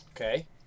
Okay